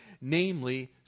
namely